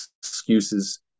excuses